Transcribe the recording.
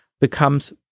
becomes